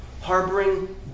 Harboring